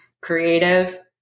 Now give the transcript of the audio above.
creative